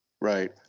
Right